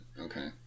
Okay